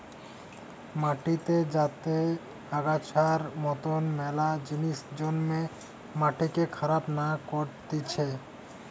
মাটিতে যাতে আগাছার মতন মেলা জিনিস জন্মে মাটিকে খারাপ না করতিছে